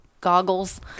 goggles